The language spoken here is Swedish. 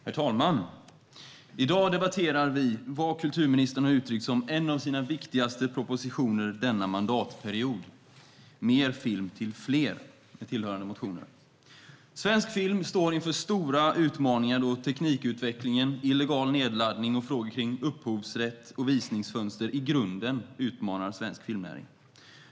Herr talman! I dag debatterar vi vad kulturministern har betecknat som en av sina viktigaste propositioner denna mandatperiod, Mer film till fler - en sammanhållen filmpolitik , med tillhörande motioner. Svensk film står inför stora utmaningar, då teknikutvecklingen, illegal nedladdning och frågor kring upphovsrätt och visningsfönster i grunden utmanar svensk filmnäring.